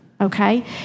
okay